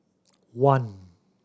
one